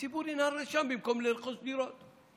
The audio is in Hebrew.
הציבור ינהר לשם במקום לרכוש דירות.